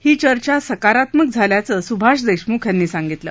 ही चर्चा सकारात्मक झाल्याचं सुभाष देशमुख यांनी सांगितलं